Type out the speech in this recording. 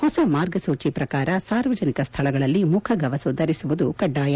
ಹೊಸ ಮಾರ್ಗಸೂಚಿ ಪ್ರಕಾರ ಸಾರ್ವಜನಿಕ ಸ್ವಳಗಳಲ್ಲಿ ಮುಖಗವಸು ಧರಿಸುವುದು ಕಡ್ಡಾಯ